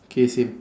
K same